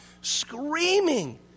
Screaming